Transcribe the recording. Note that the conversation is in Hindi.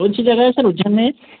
कौन सी जगह है सर उज्जैन में